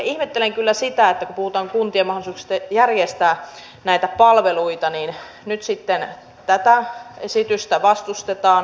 ihmettelen kyllä sitä että kun puhutaan kuntien mahdollisuuksista järjestää näitä palveluita niin nyt sitten tätä esitystä vastustetaan